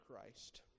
Christ